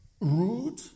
Rude